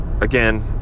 again